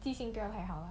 记性不要太好 lah